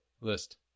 list